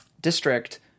district